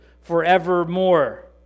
forevermore